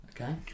okay